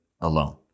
alone